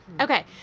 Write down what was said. okay